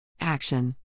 Action